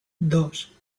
dos